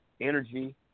energy